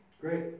Great